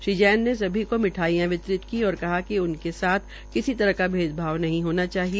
श्री जैन ने सभी को मिठाईयां वितरित की और कहा कि इनके साथ किसी तरह का भेदभाव नहीं होना चाहिए